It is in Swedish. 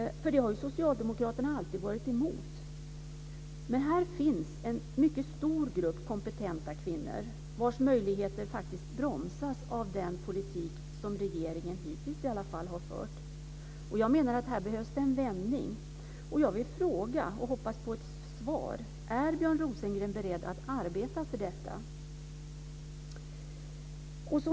Det har socialdemokraterna alltid varit emot. Men här finns en mycket stor grupp kompetenta kvinnor vilkas möjligheter faktiskt bromsas av den politik som regeringen hittills har fört. Här behövs det en vändning. Jag vill fråga, och jag hoppas att jag får ett svar: Är Björn Rosengren beredd att arbeta för detta?